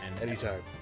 Anytime